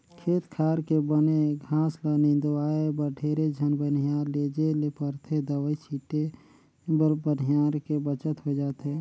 खेत खार के बन घास ल निंदवाय बर ढेरे झन बनिहार लेजे ले परथे दवई छीटे बर बनिहार के बचत होय जाथे